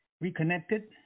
reconnected